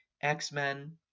X-Men